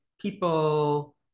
people